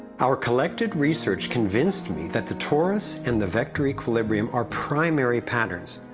our collected research convinced me that the torus and the vector equilibrium are primary patterns,